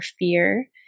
fear